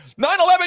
9-11